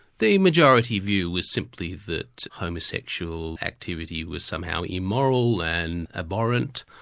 the majority view was simply that homosexuality activity was somehow immoral and abhorrent.